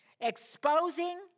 Exposing